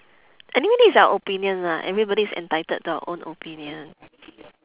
anyway this is our opinion lah everybody is entitled to our own opinion